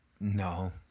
No